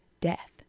death